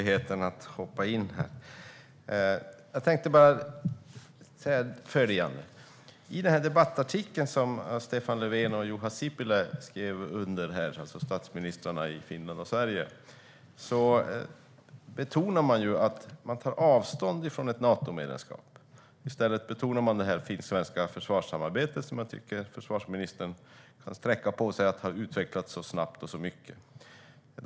Herr talman! I den debattartikel som Stefan Löfven och Juha Sipilä, statsministrarna i Finland och Sverige, skrev under betonade de att de tar avstånd från ett Natomedlemskap. I stället betonar de det finsk-svenska försvarssamarbetet, som jag tycker att försvarsministern kan sträcka på sig för att ha utvecklat så snabbt och så mycket.